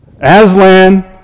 Aslan